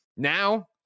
Now